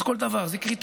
אז כל דבר הוא קריטריונים,